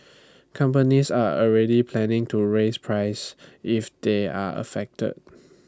companies are already planning to raise prices if they are affected